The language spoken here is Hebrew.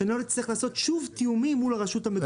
שלא נצטרך לעשות שוב תיאומים מול הרשות המקומית.